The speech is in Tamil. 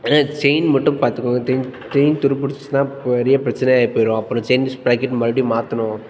ஆனால் செயின் மட்டும் பார்த்துக்கோங்க தெயின் செயின் துரு பிடிச்சுச்சுன்னா பெரிய பிரச்சினை ஆகி போயிடும் அப்புறம் செயின் ஸ்ப்ராக்கெட் மறுபடி மாற்றணும்